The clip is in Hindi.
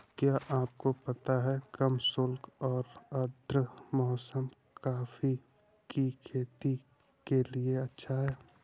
क्या आपको पता है कम शुष्क और आद्र मौसम कॉफ़ी की खेती के लिए अच्छा है?